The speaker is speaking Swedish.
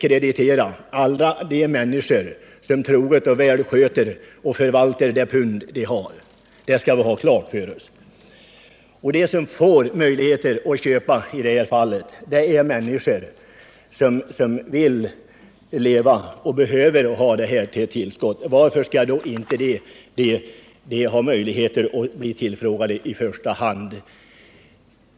Genom att ni drar fullständigt felaktiga slutsatser om de enskilda människorna menar ni att domänverket är bättre. De som får möjlighet att köpa skogsmark i det här fallet är sådana människor som vill leva kvar i orten och behöver ha marken som ett tillskott. Varför skall då de inte få möjligheten att bli tillfrågade i första hand?